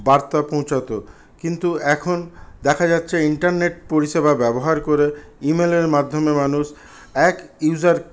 বার্তা পৌঁছাতো কিন্তু এখন দেখা যাচ্ছে ইন্টারনেট পরিষেবা ব্যবহার করে ইমেলের মাধ্যমে মানুষ এক ইউজার